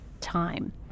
time